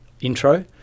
intro